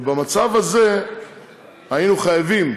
ובמצב הזה היינו חייבים